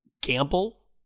gamble